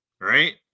Right